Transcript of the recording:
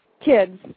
kids